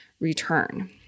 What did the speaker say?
return